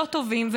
לא טובים,